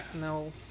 No